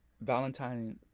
Valentine